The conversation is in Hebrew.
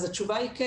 אז התשובה היא כן,